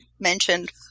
Mentioned